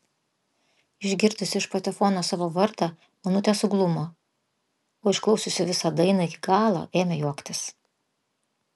išgirdusi iš patefono savo vardą onutė suglumo o išklausiusi visą dainą iki galo ėmė juoktis